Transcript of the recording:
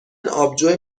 آبجو